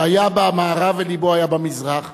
שהיה במערב ולבו היה במזרח,